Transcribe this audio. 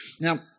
Now